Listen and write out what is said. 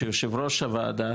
שיושב ראש הוועדה,